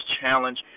challenge